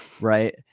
right